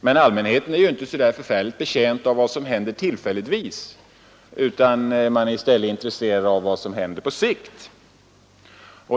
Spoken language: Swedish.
Men allmänheten är inte särskilt betjänt av vad som händer tillfälligtvis utan är i stället intresserad av vad som händer på sikt.